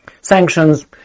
sanctions